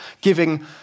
giving